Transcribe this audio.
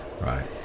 Right